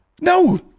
No